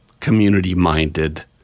community-minded